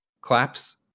claps